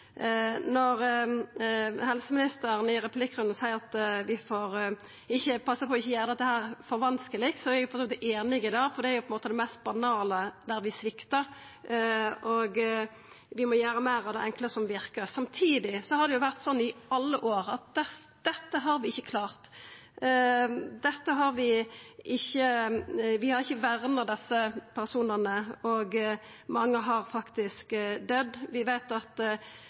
Når helseministeren i replikkrunden seier at vi får passa på ikkje å gjera dette for vanskeleg, er eg for så vidt einig i det, for det er på ein måte på det mest banale vi sviktar, og vi må gjera meir av det enkle som verkar. Samtidig har det jo vore slik i alle år at dette har vi ikkje klart, vi har ikkje verna desse personane, og mange har faktisk døydd. Vi veit at